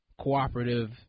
cooperative